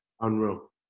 Unreal